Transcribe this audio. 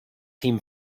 team